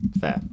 Fair